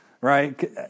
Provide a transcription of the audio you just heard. right